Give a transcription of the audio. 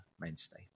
mainstay